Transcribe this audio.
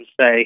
say